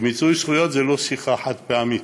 מיצוי זכויות זה לא שיחה חד-פעמית.